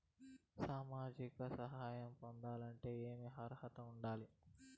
సామాజిక సహాయం పొందాలంటే ఏమి అర్హత ఉండాలి?